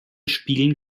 spielen